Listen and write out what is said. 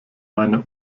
meine